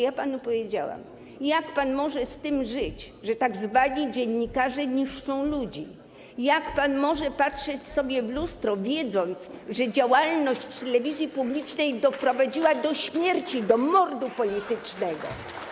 Ja panu powiedziałam: jak pan może żyć z tym, że tzw. dziennikarze niszczą ludzi, jak pan może patrzeć na siebie w lustro, wiedząc, że działalność telewizji publicznej doprowadziła do śmierci, do mordu politycznego.